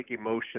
emotion